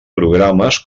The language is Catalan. programes